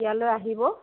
ইয়ালৈ আহিব